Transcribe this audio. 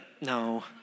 no